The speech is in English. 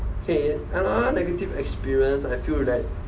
K one negative experience I feel that